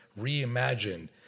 reimagined